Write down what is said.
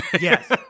Yes